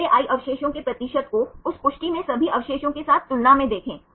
पहले i अवशेषों के प्रतिशत को उस पुष्टि में सभी अवशेषों के साथ तुलना में देखें